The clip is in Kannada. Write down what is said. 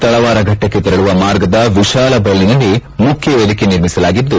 ತಳವಾರ ಫಟ್ಟಕ್ಷೆ ತೆರಳುವ ಮಾರ್ಗದ ವಿಶಾಲ ಬಯಲಿನಲ್ಲಿ ಮುಖ್ಯ ವೇದಿಕೆ ನಿರ್ಮಿಸಲಾಗಿದ್ದು